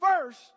first